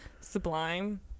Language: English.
Sublime